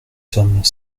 sommes